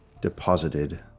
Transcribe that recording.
deposited